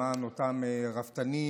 למען אותם רפתנים,